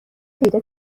پیدا